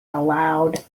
aloud